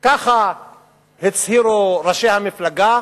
ככה הצהירו ראשי המפלגה,